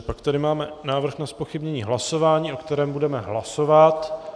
Pak tady máme návrh na zpochybnění hlasování, o kterém budeme hlasovat.